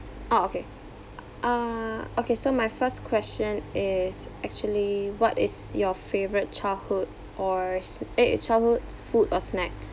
orh okay uh okay so my first question is actually what is your favourite childhood or sn~ eh eh childhood food or snack